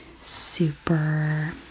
super